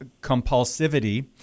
compulsivity